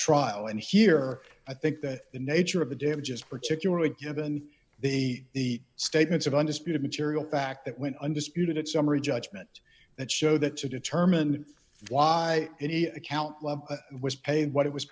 trial and here i think that the nature of the damages particularly given the statements of undisputed material fact that went undisputed at summary judgment that show that to determine why any account was paying what it was